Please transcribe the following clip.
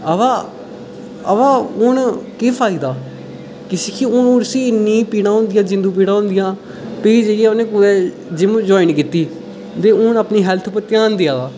अवा अवा हून केह् फायदा हून उसी इन्नी पीड़ां होंदियां जिंदु पीड़ां होंदियां फ्ही जाइयै उ'नें कुतै जिम ज्वाइन कीती ते हून अपनी हैल्थ उप्पर ध्यान देआ दा